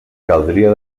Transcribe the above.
caldria